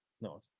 No